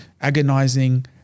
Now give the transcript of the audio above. agonizing